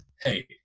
hey